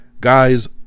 guys